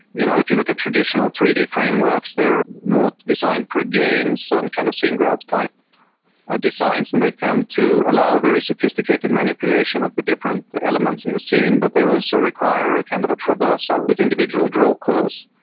you know if you look at traditional three d frameworks, they're more to designed for games and kind of seeing growth type ah designs and they tend to allow very sophisticated manipulation of the different elements in the scene, but they also require ah kind of a traversal with individual draw calls.